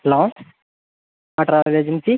hello ആ travel agency